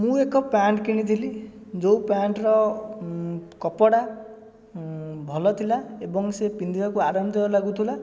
ମୁଁ ଏକ ପ୍ୟାଣ୍ଟ କିଣିଥିଲି ଯୋଉଁ ପ୍ୟାଣ୍ଟର କପଡ଼ା ଭଲ ଥିଲା ଏବଂ ସେ ପିନ୍ଧିବାକୁ ଆରାମଦାୟ ଲାଗୁଥିଲା